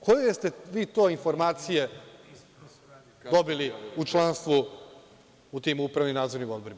Koje ste vi to informacije dobili u članstvu u tim upravnim i nadzornim odborima?